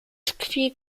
tkwi